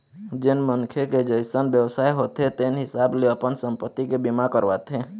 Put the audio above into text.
जेन मनखे के जइसन बेवसाय होथे तेन हिसाब ले अपन संपत्ति के बीमा करवाथे